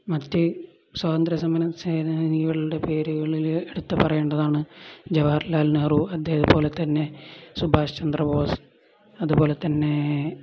മറ്റു സ്വാതന്ത്ര്യ സമര സേനാനികളുടെ പേരുകളില് എടുത്തുപറയേണ്ടതാണ് ജവഹർലാൽ നെഹ്റു അതേപോലെ തന്നെ സുഭാഷ് ചന്ദ്ര ബോസ് അതുപോലെ തന്നെ